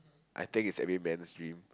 I think it's every man's dream